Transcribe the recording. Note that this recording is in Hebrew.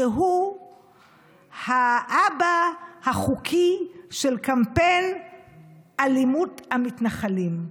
שהוא האבא החוקי של קמפיין אלימות המתנחלים.